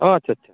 ᱚ ᱟᱪᱪᱷᱟ ᱟᱪᱪᱷᱟ